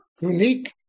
unique